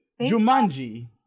jumanji